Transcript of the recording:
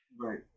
right